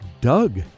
Doug